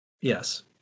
Yes